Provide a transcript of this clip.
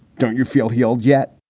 don't you feel healed yet?